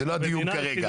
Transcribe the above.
זה לא הדיון כרגע.